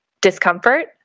discomfort